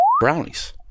brownies